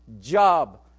job